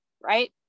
Right